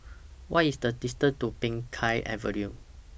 What IS The distance to Peng Kang Avenue